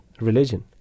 religion